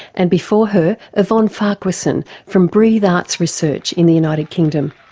and before her, yvonne farquharson from breathe arts research in the united kingdom.